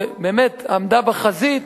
שבאמת עמדה בחזית,